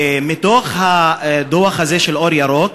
ובדוח הזה של "אור ירוק"